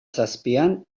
zazpian